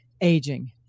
aging